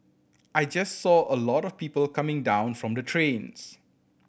I just saw a lot of people coming down from the trains